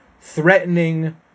threatening